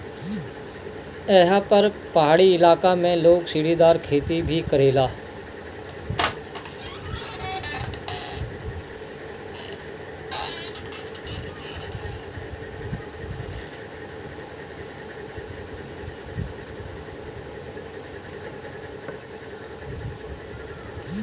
एहा पर पहाड़ी इलाका में लोग सीढ़ीदार खेती भी करेला